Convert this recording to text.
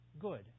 Good